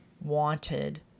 wanted